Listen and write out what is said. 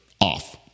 off